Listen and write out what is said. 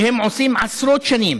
שהם עושים עשרות שנים.